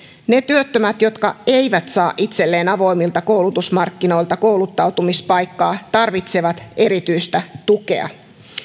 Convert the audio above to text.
ne työttömät jotka eivät saa itselleen avoimilta koulutusmarkkinoilta kouluttautumispaikkaa tarvitsevat erityistä tukea